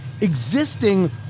existing